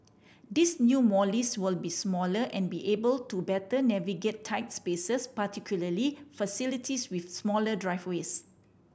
these new Mollies will be smaller and be able to better navigate tight spaces particularly facilities with smaller driveways